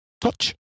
Touch